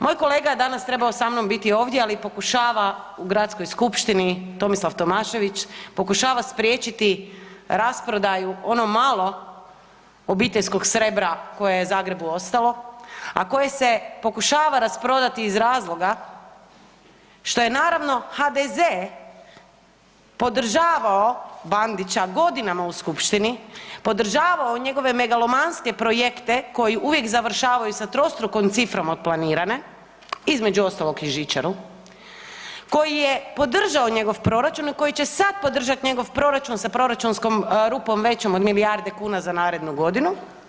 Moj kolega je danas trebao sa mnom biti ovdje ali pokušava u gradskoj skupštini Tomislav Tomašević, pokušava spriječiti rasprodaju ono malo obiteljskog srebra koje je Zagrebu ostalo, a koje se pokušava rasprodati iz razloga što je naravno HDZ podržavao Bandića godinama u skupštini, podržavao njegove megalomanske projekte koji uvijek završavaju sa trostrukom cifrom od planirane, između ostalog i žičaru, koji je podržao njegov proračun i koji će sad podržati njegov proračun sa proračunskom rupom većom od milijarde kuna za narednu godinu.